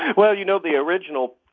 well, you know, the original